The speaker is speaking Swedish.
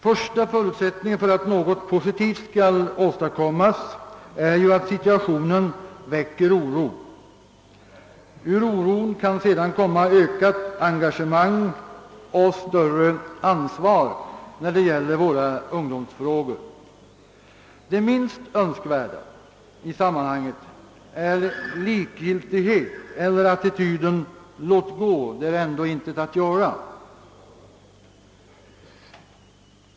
Första förutsättningen för att något positivt skall kunna åstadkommas är ju att situationen väcker oro. Ur oron kan sedan komma ökat engagemang och större ansvar när det gäller våra ungdomsfrågor. Det minst önskvärda i sammanhanget är likgiltighet eller attityden: låt gå, det är ändå inget att göra!